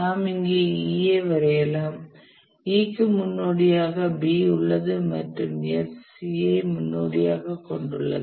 நாம் இங்கே E ஐ வரையலாம் E க்கு முன்னோடியாக B உள்ளது மற்றும் F C ஐ முன்னோடியாகக் கொண்டுள்ளது